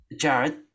Jared